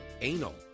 anal